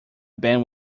band